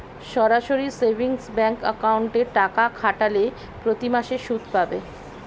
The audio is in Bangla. সরাসরি সেভিংস ব্যাঙ্ক অ্যাকাউন্টে টাকা খাটালে প্রতিমাসে সুদ পাবে